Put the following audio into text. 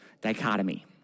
dichotomy